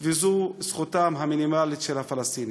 וזאת זכותם המינימלית של הפלסטינים.